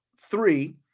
Three